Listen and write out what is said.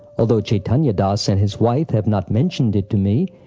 although chaitanya das and his wife have not mentioned it to me,